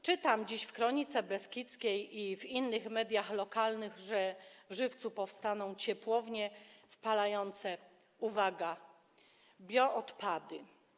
Czytam dziś w „Kronice Beskidzkiej” i w innych mediach lokalnych, że w Żywcu powstaną ciepłownie spalające - uwaga - bioodpady.